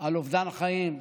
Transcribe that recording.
של אובדן חיים,